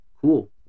cool